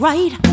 Right